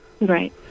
Right